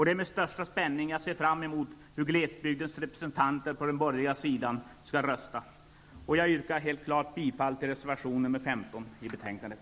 Det är med största spänning jag ser fram emot hur glesbygdens representanter på den borgerliga sidan skall rösta. Jag yrkar bifall till reservation nr 15 i betänkandet.